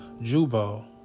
Jubal